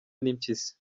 n’impyisi